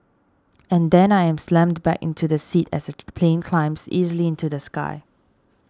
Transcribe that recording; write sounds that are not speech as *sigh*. and then I am slammed back into the seat as the *noise* plane climbs easily into the sky